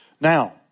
Now